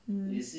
mmhmm